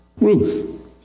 Ruth